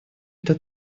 это